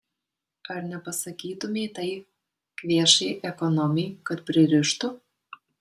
ar nepasakytumei tai kvėšai ekonomei kad pririštų